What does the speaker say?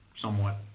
somewhat